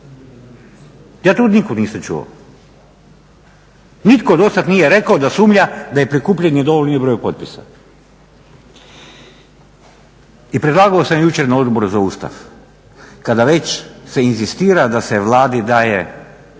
Ja to od nikog nisam čuo, nitko do sad nije rekao da sumnja da je prikupljeni dovoljni broj potpisa i predlagao sam jučer na Odboru za Ustav kada već se inzistira da se Vladi daje